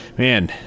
Man